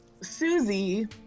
Susie